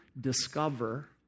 discover